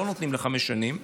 לא נותנים לחמש שנים,